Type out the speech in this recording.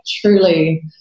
truly